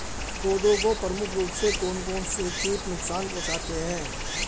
पौधों को प्रमुख रूप से कौन कौन से कीट नुकसान पहुंचाते हैं?